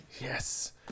Yes